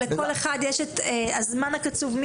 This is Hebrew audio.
לכל אחד יש את הזמן הקצוב שלו.